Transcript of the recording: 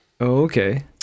Okay